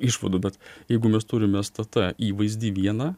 išvadų bet jeigu mes turim stt įvaizdį vieną